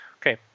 Okay